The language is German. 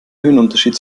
höhenunterschied